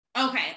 Okay